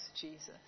Jesus